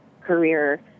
career